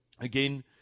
again